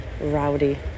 rowdy